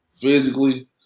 physically